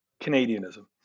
Canadianism